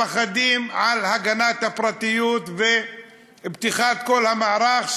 הפחדים על הגנת הפרטיות ופתיחת כל המערך,